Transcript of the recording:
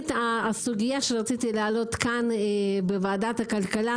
הסוגיה שאני מבקשת להעלות כאן בוועדת הכלכלה,